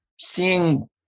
seeing